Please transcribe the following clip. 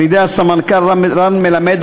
על-ידי הסמנכ"ל רן מלמד,